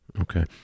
Okay